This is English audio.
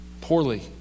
poorly